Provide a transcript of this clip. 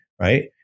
right